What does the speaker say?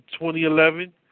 2011